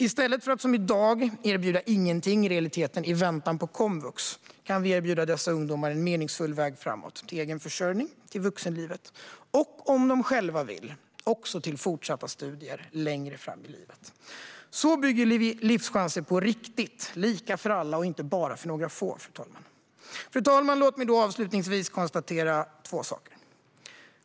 I stället för att, som i dag, i realiteten erbjuda ingenting i väntan på komvux kan vi erbjuda dessa ungdomar en meningsfull väg framåt till egen försörjning, till vuxenlivet och, om de själva vill, till fortsatta studier längre fram i livet. Så bygger vi livschanser på riktigt, lika för alla och inte bara för några få, fru talman. Fru talman! Låt mig avslutningsvis konstatera två saker.